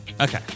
Okay